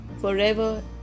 forever